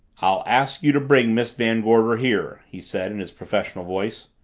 i'll ask you to bring miss van gorder here, he said in his professional voice.